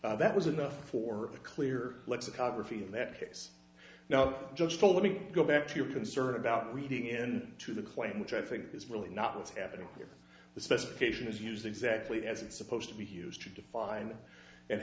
t that was enough for a clear lexicography in that case now just to let me go back to your concern about reading in to the claim which i think is really not what's happening here the specification is used exactly as it's supposed to be used to define and